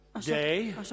day